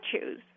choose